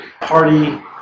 party